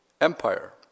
empire